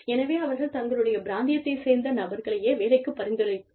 எனவே அவர்கள் தங்களுடைய பிராந்தியத்தைச் சேர்ந்த நபர்களையே வேலைக்கு பரிந்துரைத்தார்கள்